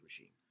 regime